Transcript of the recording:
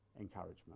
encouragement